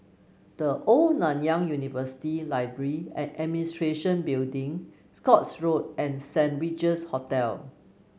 The Old Nanyang University Library And Administration Building Scotts Road and Saint Regis Hotel